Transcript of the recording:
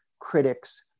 critics